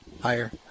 Higher